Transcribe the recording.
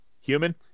human